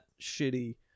shitty